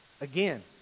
Again